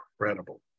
incredible